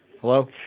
Hello